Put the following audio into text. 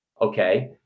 Okay